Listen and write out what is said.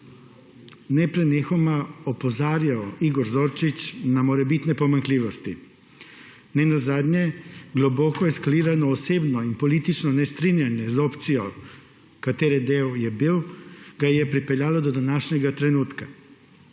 neprenehoma opozarjal Igor Zorčič na morebitne pomanjkljivosti. Nenazadnje globoko eskalirano osebno in politično nestrinjanje z opcijo, katere del je bil, ga je pripeljalo do današnjega trenutka.